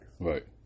Right